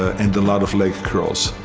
and a lot of leg curls.